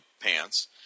pants